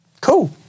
cool